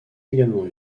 également